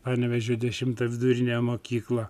panevėžio dešimtą vidurinę mokyklą